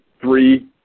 three